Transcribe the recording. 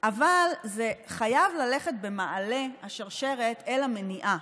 אבל חייבים ללכת במעלה השרשרת אל המניעה,